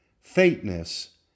faintness